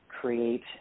create